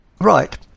right